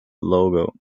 logo